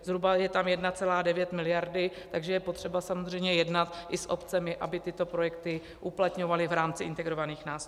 Zhruba je tam 1,9 miliardy, takže je potřeba samozřejmě jednat i s obcemi, aby tyto projekty uplatňovaly v rámci integrovaných nástrojů.